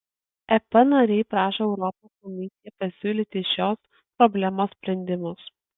ep nariai prašo europos komisiją pasiūlyti šios problemos sprendimus